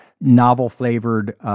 novel-flavored